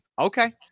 okay